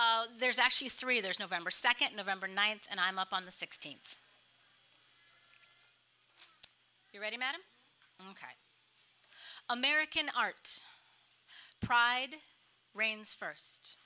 there's actually three there's november second of ember ninth and i'm up on the sixteenth you ready madame american art pride reigns first